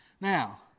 Now